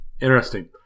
interesting